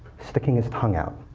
sticking his tongue out.